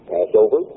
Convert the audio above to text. Passover